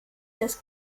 das